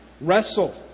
wrestle